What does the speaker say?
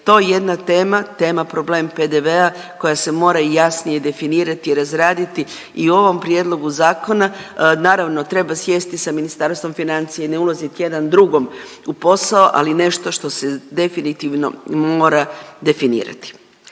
je to jedna tema, tema problem PDV-a koja se mora jasnije definirati i razraditi i u ovom prijedlogu zakona. Naravno treba sjesti sa Ministarstvom financija i ne ulaziti jedan drugom u posao, ali nešto što se definitivno mora definirati.